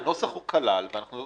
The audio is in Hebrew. הנוסח כָּלַל.